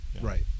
right